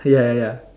ya ya ya